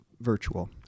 virtual